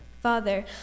Father